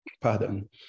pardon